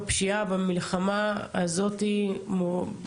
במלחמה הזאת בפשיעה,